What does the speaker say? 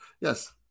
yes